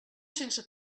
sense